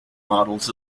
models